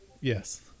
Yes